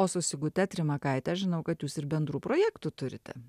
o su sigute trimakaite žinau kad jūs ir bendrų projektų turite